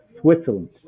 Switzerland